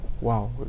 Wow